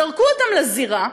זרקו אותם לזירה.